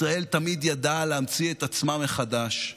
ישראל תמיד ידעה להמציא את עצמה מחדש.